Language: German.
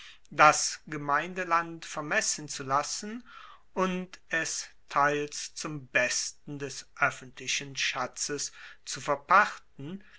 das gemeindeland vermessen zu lassen und es teils zum besten des oeffentlichen schatzes zu verpachten